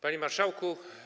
Panie Marszałku!